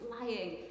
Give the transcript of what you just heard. lying